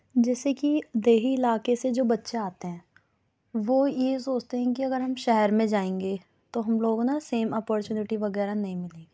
جیسے کہ دیہی علاقے سے جو بچے آتے ہیں وہ یہ سوچتے ہیں کہ اگر ہم شہر میں جائیں گے تو ہم لوگوں نے سیم اپورچونیٹی وغیرہ نہیں ملے گی